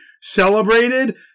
celebrated